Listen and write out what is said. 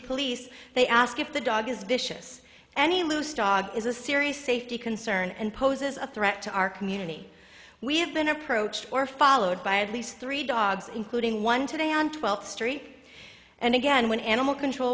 police they ask if the dog is vicious any loose dog is a serious safety concern and poses a threat to our community we have been approached or followed by a these three dogs including one today on twelfth story and again when animal control